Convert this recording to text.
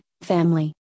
family